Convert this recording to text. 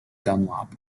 dunlop